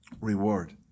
reward